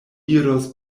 iros